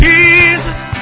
Jesus